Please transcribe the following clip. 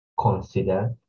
consider